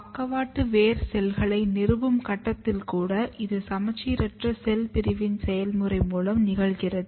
பக்கவாட்டு வேர் செல்களை நிறுவும் கட்டத்தில் கூட இது சமச்சீரற்ற செல் பிரிவின் செயல்முறை மூலம் நிகழ்கிறது